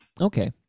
Okay